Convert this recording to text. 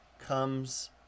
comes